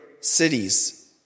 cities